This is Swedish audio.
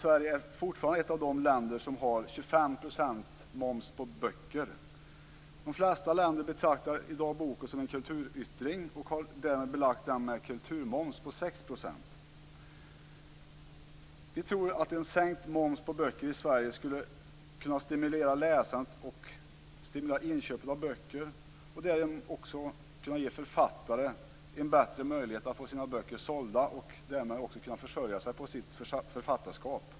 Sverige är fortfarande ett av de länder som har 25 % moms på böcker. De flesta länder betraktar i dag boken som en kulturyttring och har därmed belagt den med kulturmoms på 6 %. Vi tror att en sänkt moms på böcker i Sverige skulle kunna stimulera läsande och inköp av böcker och därigenom också ge författare en bättre möjlighet att få sina böcker sålda och därmed också försörja sig på sitt författarskap.